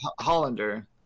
Hollander